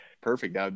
perfect